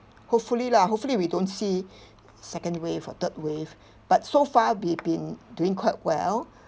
hopefully lah hopefully we don't see second wave or third wave but so far be~ been doing quite well